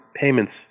payments